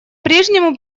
прежнему